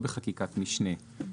כלומר, לא בחקיקת משנה.